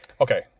Okay